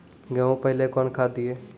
गेहूँ पहने कौन खाद दिए?